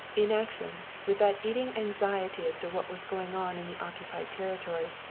inaction, with that eating anxiety as to what was going on in the occupied territory,